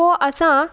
पोइ असां